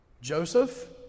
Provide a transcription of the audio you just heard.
Joseph